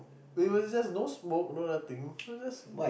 it was just no smoke no nothing so just